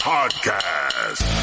Podcast